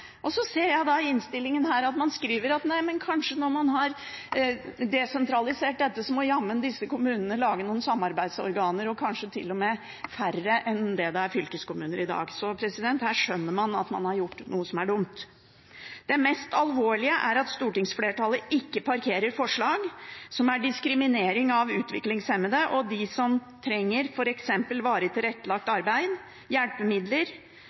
Og så ser jeg at man skriver i innstillingen her at nei, men kanskje, når man har desentralisert dette, må jammen disse kommunene lage noen samarbeidsorganer, og kanskje til og med færre enn det er fylkeskommuner i dag. Så her skjønner man at man har gjort noe som er dumt. Det mest alvorlige er at stortingsflertallet ikke parkerer forslag som diskriminerer utviklingshemmede og dem som trenger f.eks. varig tilrettelagt arbeid, hjelpemidler,